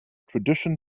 tradition